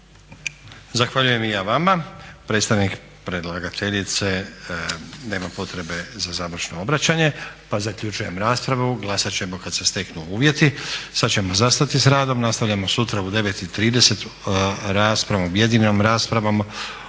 Zahvaljujem i ja vama. Predstavnik predlagateljice nema potrebe za završno obraćanje, pa zaključujem raspravu. Glasat ćemo kad se steknu uvjeti. Sad ćemo zastati sa radom. Nastavljamo sutra u 9,30 raspravom, objedinjenom raspravom